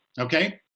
okay